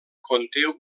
conté